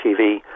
TV